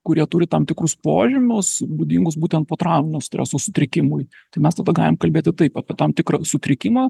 kurie turi tam tikrus požymius būdingus būtent potrauminio streso sutrikimui tai mes galim kalbėti taip apie tam tikrą sutrikimą